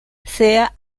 sea